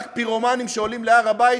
רק פירומנים שעולים להר-הבית,